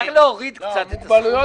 צריך להוריד קצת את הסכום.